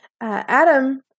Adam